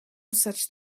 such